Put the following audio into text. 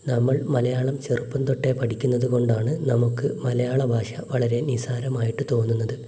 നമ്മൾ മലയാളം ചെറുപ്പംതൊട്ടേ പഠിക്കുന്നത് കൊണ്ടാണ് നമുക്ക് മലയാള ഭാഷ വളരെ നിസാരമായിട്ട് തോന്നുന്നത്